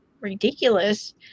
ridiculous